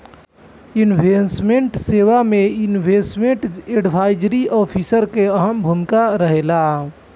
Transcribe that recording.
investment सेवा में investment advisory officer के अहम भूमिका रहेला